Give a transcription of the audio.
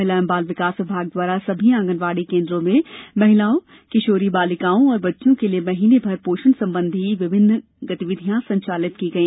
महिला एवं बाल विकास विभाग द्वारा सभी आंगनबाड़ी केन्द्रों में महिलाओं किशोरी बालिकाओं एवं बच्चों के लिये महीने भर पोषण संबंधी विविध गतिविधियां संचालित की गई